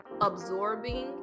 absorbing